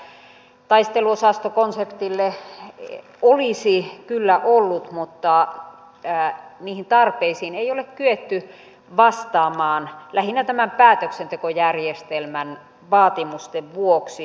käyttöä taisteluosastokonseptille olisi kyllä ollut mutta niihin tarpeisiin ei ole kyetty vastaamaan lähinnä tämän päätöksentekojärjestelmän vaatimusten vuoksi